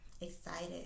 excited